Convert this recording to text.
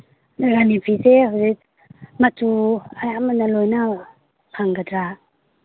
ꯔꯥꯅꯤ ꯐꯤꯁꯦ ꯍꯧꯖꯤꯛ ꯃꯆꯨ ꯑꯃꯅ ꯂꯣꯏꯅ ꯐꯪꯒꯗ꯭ꯔꯥ